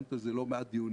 קיימת על זה לא מעט דיונים,